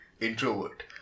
introvert